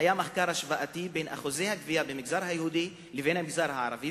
היה מחקר השוואתי בין שיעורי הגבייה במגזר היהודי לבין אלה במגזר הערבי,